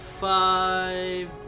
five